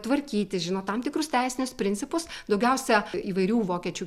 tvarkyti žino tam tikrus teisinius principus daugiausia įvairių vokiečių